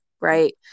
right